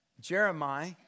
Jeremiah